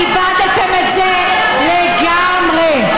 איבדתם את זה לגמרי.